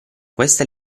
questa